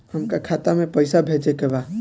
हमका खाता में पइसा भेजे के बा